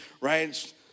right